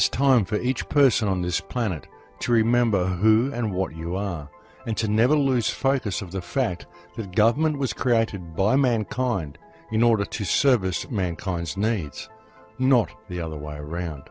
is time for each person on this planet to remember who and what you are and to never lose fighters of the fact that government was created by mankind in order to service man collins nates not the other way around